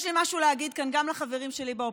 יש לי משהו להגיד כאן, גם לחברים שלי באופוזיציה: